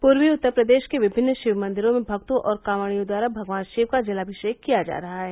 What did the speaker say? पूर्वी उत्तर प्रदेश के विभिन्न शिवमंदिरों में भक्तों और कांवड़ियों द्वारा भगवान शिव का जलाभिषेक किया जा रहा है